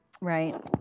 Right